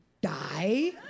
die